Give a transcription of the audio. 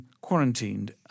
quarantined